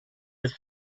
have